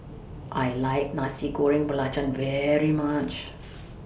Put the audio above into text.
I like Nasi Goreng Belacan very much